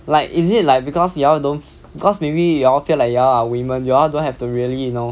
like is it like because you all don't because maybe you all feel like you are women you all don't have to really you know